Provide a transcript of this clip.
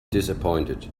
disappointed